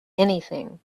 anything